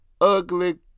Ugly